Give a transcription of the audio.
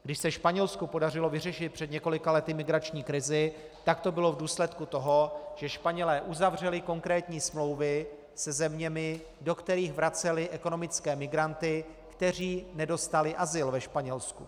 Když se Španělsku podařilo vyřešit před několika lety migrační krizi, tak to bylo v důsledku toho, že Španělé uzavřeli konkrétní smlouvy se zeměmi, do kterých vraceli ekonomické migranty, kteří nedostali azyl ve Španělsku.